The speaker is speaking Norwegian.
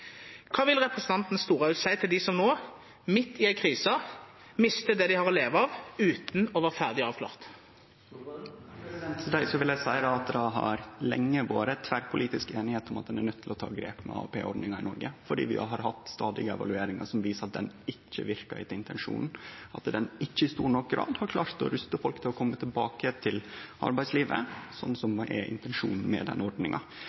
vil representanten Storehaug si til dem som nå, midt i en krise, mister det de har å leve av, uten å være ferdig avklart? Til dei vil eg seie at det lenge har vore tverrpolitisk einigheit om at ein er nøydd til å ta grep om AAP-ordninga i Noreg, for vi har hatt stadige evalueringar som viser at ho ikkje verkar etter intensjonen, at ho ikkje i stor nok grad har klart å ruste folk til å kome tilbake til arbeidslivet – som er intensjonen med ordninga.